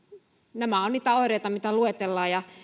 nämä ovat niitä oireita mitä luetellaan ja